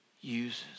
uses